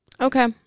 okay